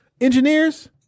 engineers